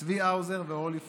צבי האוזר ואורלי פרומן,